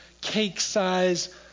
cake-size